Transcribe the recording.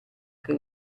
che